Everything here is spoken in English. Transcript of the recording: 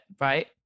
Right